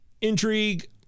Intrigue